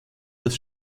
das